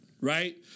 right